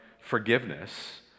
forgiveness